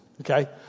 Okay